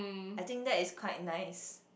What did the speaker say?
I think that is quite nice